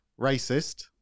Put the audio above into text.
racist